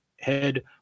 head